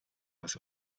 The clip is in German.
was